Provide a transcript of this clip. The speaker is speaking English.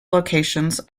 locations